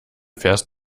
fährst